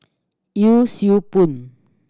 Yee Siew Pun